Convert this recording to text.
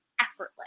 effortless